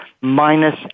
minus